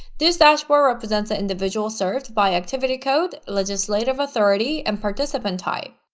this dashboard represents individuals served by activity code, legislative authority and participant type.